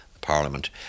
Parliament